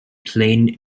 plain